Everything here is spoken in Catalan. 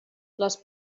les